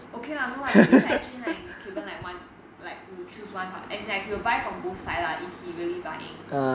okay lah no like maybe like him and kevan like one like you choose one as if he will buy from both side lah if he really buying